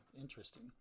Interesting